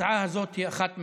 ההצעה הזאת היא אחת מהן,